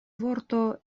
vorto